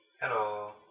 Hello